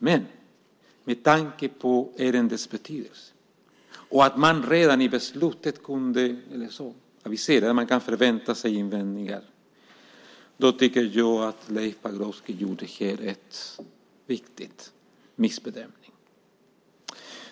Men med tanke på ärendets betydelse och att man redan vid beslutet kunde förvänta sig invändningar tycker jag att Leif Pagrotsky här gjorde en missbedömning.